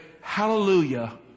hallelujah